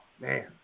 man